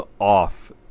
off